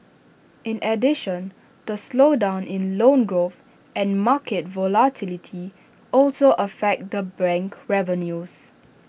in addition the slowdown in loan growth and market volatility also affect the bank revenues